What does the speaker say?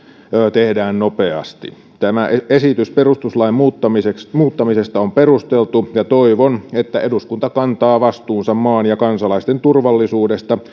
tehdään nopeasti tämä esitys perustuslain muuttamisesta on perusteltu ja toivon että eduskunta kantaa vastuunsa maan ja kansalaisten turvallisuudesta